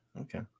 okay